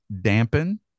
Dampen